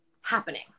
happening